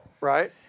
Right